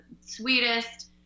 sweetest